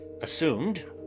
assumed